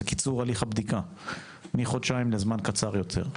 זה קיצור הליך הבדיקה מחודשיים לזמן קצר יותר.